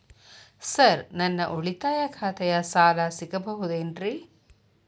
Sir ನನ್ನ ಉಳಿತಾಯ ಖಾತೆಯ ಸಾಲ ಸಿಗಬಹುದೇನ್ರಿ?